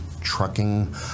trucking